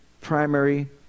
primary